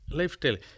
lifestyle